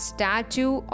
Statue